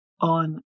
on